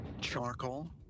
Charcoal